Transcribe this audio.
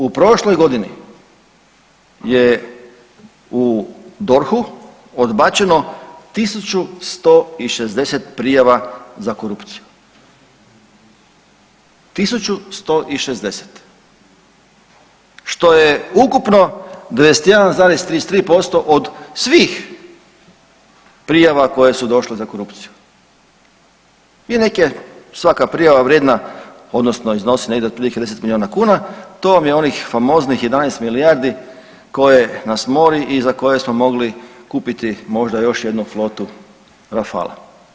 U prošloj godini je u DORH-u odbačeno 1160 prijava za korupciju, 1160, što je ukupno 21,33% od svih prijava koje su došle za korupciju i nek je svaka prijava vrijedna odnosno iznosi negdje otprilike 10 milijuna kuna, to vam je onih famoznih 11 milijardi koje nas mori i za koje smo mogli kupiti možda još jednu flotu Rafala.